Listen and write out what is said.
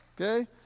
Okay